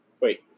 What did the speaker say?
Wait